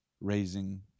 raising